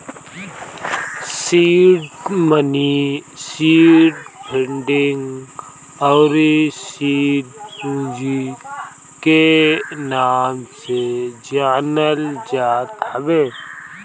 seed money seed funding अउरी seed पूंजी के नाम से जानल जात हवे